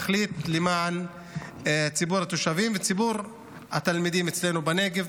ותחליט למען ציבור התושבים וציבור התלמידים אצלנו בנגב.